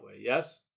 yes